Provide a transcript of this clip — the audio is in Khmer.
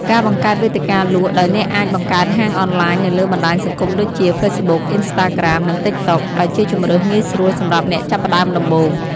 ការបង្កើតវេទិកាលក់ ដោយអ្នកអាចបង្កើតហាងអនឡាញនៅលើបណ្ដាញសង្គមដូចជា ហ្វេសបុក អ៊ីនស្តាក្រាម និង តិកតុក ដែលជាជម្រើសងាយស្រួលសម្រាប់អ្នកចាប់ផ្ដើមដំបូង។